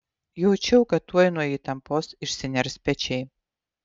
jaučiau kad tuoj nuo įtampos išsiners pečiai